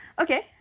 Okay